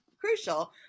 crucial